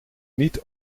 niet